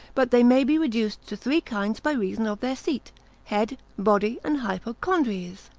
but they may be reduced to three kinds by reason of their seat head, body, and hypochrondries.